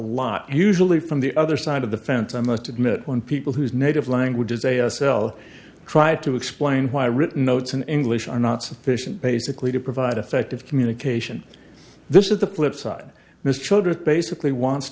lot usually from the other side of the fence i must admit when people whose native language is a s l tried to explain why written notes in english are not sufficient basically to provide effective communication this is the flip side miss children basically wants